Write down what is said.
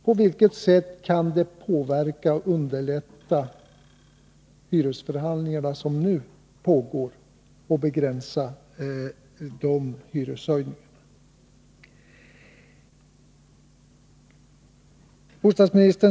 På vilket sätt kan åtgärderna underlätta de hyresförhandlingar som nu pågår och begränsa de aktuella hyreshöjningarna?